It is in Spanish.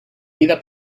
vida